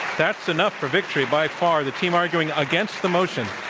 that's enough for victory by far. the team arguing against the motion,